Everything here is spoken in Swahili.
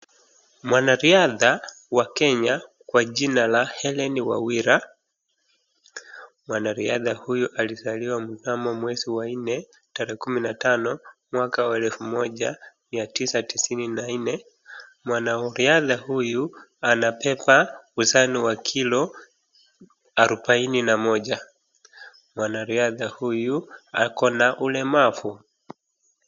Mwanariadha wa Kenya kwa jina la Hellen Wawira. Mwanariadha huyu alizaliwa mnamo mwezi wanne tarehe kumi na tano mwaka wa elfu moja mia tisa tisini na nne. Mwanariadha huyu anabeba uzano wa kilo arobaini na moja. Mwanariadha huyu ako na ulemavu.